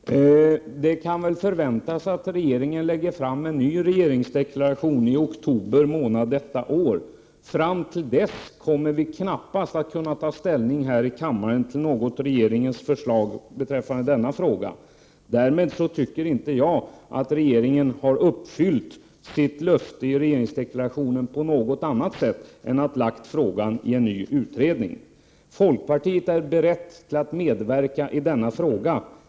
Herr talman! Det kan väl förväntas att regeringen lägger fram en ny regeringsdeklaration i oktober månad detta år. Fram till dess kommer vi knappast att kunna ta ställning här i kammaren till något regeringens förslag beträffande denna fråga. Därmed tycker inte jag att regeringen har uppfyllt sitt löfte i regeringsdeklarationen på något annat sätt än genom att lägga frågan i en ny utredning. Folkpartiet är berett att medverka i denna fråga.